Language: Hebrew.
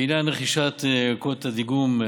בעניין רכישת ערכות הדיגום,